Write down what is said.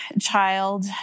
child